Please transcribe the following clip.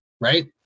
right